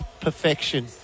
perfection